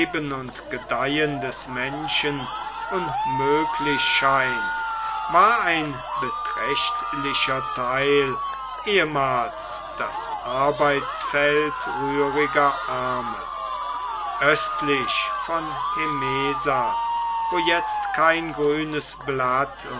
und gedeihen des menschen unmöglich scheint war ein beträchtlicher teil ehemals das arbeitsfeld rühriger arme östlich von hemesa wo jetzt kein grünes blatt